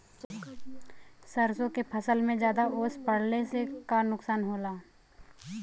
सरसों के फसल मे ज्यादा ओस पड़ले से का नुकसान होला?